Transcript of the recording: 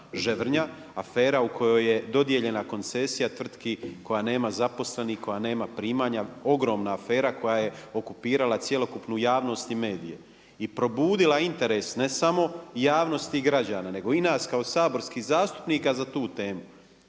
Ževrnja, afera u kojoj je dodijeljena koncesija tvrtki koja nema zaposlenih, koja nema primanja, ogromna afera koja je okupirala cjelokupnu javnost i medije. I probudila interes i ne samo javnost i građana nego i nas kao saborskih zastupnika za tu temu.